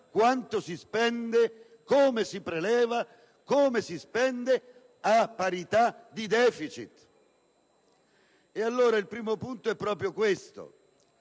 quanto si spende, come si preleva e come si spende, a parità di deficit. Allora il primo punto è proprio questo: